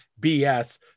BS